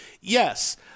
Yes